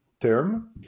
term